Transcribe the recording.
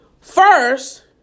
First